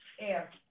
Air